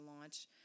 launch